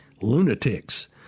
lunatics